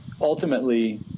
ultimately